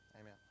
amen